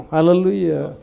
Hallelujah